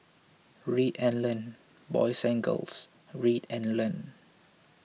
read and learn boys and girls read and learn